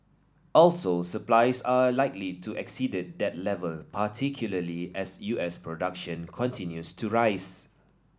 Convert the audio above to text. also supplies are likely to exceed that level particularly as U S production continues to rise